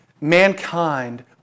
Mankind